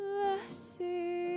mercy